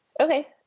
Okay